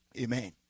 Amen